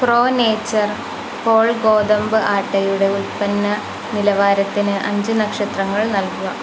pro nature whole ഗോതമ്പ് ആട്ടയുടെ ഉൽപ്പന്ന നിലവാരത്തിന് അഞ്ച് നക്ഷത്രങ്ങൾ നൽകുക